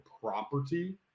property